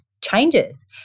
Changes